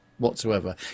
whatsoever